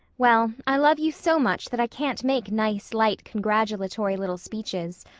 well, i love you so much that i can't make nice, light, congratulatory little speeches.